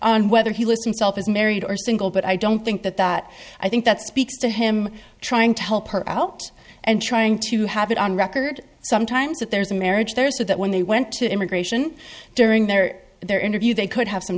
on whether he listened self as married or single but i don't think that that i think that speaks to him trying to help out and trying to have it on record sometimes that there's a marriage there so that when they went to immigration during their their interview they could have some